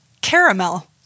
Caramel